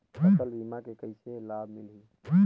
फसल बीमा के कइसे लाभ मिलही?